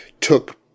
took –